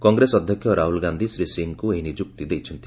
କଂଗ୍ରେସ ଅଧ୍ୟକ୍ଷ ରାହୁଲ ଗାଧୀ ଶ୍ରୀ ସିଂହଙ୍କୁ ଏହି ନିଯୁକ୍ତ ଦେଇଛନ୍ତି